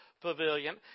pavilion